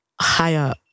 higher